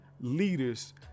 leaders